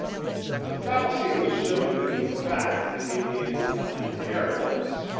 the fallacy of assuming that the fact it is an inheritance,